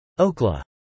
Oklahoma